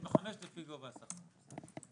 3.55, לפי גובה השכר.